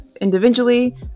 individually